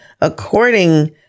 according